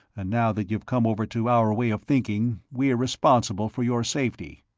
and now that you've come over to our way of thinking, we're responsible for your safety.